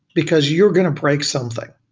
because you're going to break something.